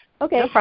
Okay